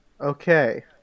Okay